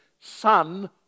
Son